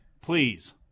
Please